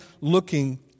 looking